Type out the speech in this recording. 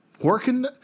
Working